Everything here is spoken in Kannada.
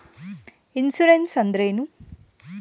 ಇನ್ಸುರೆನ್ಸ್ ಅಂದ್ರೇನು?